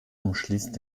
umschließt